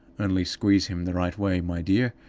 only squeeze him the right way, my dear,